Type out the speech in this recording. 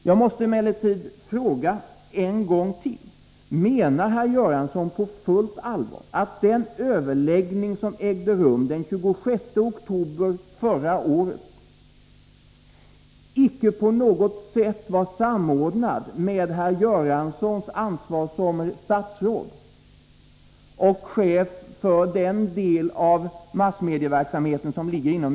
Jag måste dock en gång till fråga: Menar herr Göransson på fullt allvar att den överläggning som ägde rum den 26 oktober förra året icke på något sätt var samordnad med herr Göranssons ansvar som statsråd och chef för den del ansvarsområde?